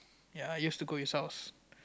ya I used to go his house